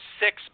six